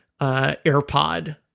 AirPod